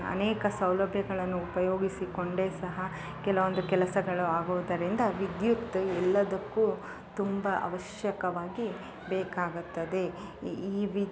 ಅನೇಕ ಸೌಲಭ್ಯಗಳನ್ನು ಉಪಯೋಗಿಸಿಕೊಂಡೆ ಸಹ ಕೆಲವೊಂದು ಕೆಲಸಗಳು ಆಗೋದರಿಂದ ವಿದ್ಯುತ್ ಎಲ್ಲದಕ್ಕು ತುಂಬ ಅವಶ್ಯಕವಾಗಿ ಬೇಕಾಗುತ್ತದೆ ಈ ಬಿ